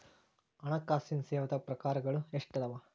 ಹಣ್ಕಾಸಿನ್ ಸೇವಾದಾಗ್ ಪ್ರಕಾರ್ಗಳು ಎಷ್ಟ್ ಅವ?